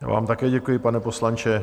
Já vám také děkuji, pane poslanče.